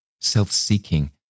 self-seeking